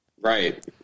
Right